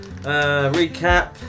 Recap